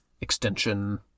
extension